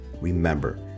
Remember